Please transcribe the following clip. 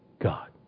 God